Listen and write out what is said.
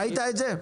ראית את זה?